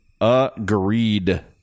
Agreed